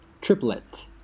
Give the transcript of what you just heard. triplet